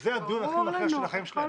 זה הדיון הכי מכריע של החיים שלהם.